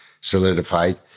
solidified